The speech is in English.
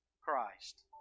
Christ